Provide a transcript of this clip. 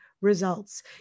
results